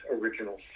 original